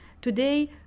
Today